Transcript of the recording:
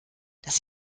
dass